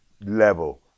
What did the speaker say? level